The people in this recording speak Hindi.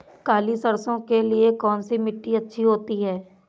काली सरसो के लिए कौन सी मिट्टी अच्छी होती है?